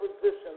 position